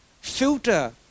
filter